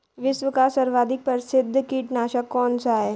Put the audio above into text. विश्व का सर्वाधिक प्रसिद्ध कीटनाशक कौन सा है?